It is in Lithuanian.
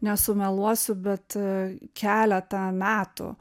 nesumeluosiu bet e keletą metų